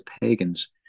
pagans